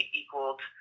equaled